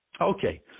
Okay